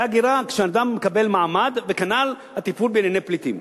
כשאדם מקבל מעמד, וכנ"ל הטיפול בענייני פליטים.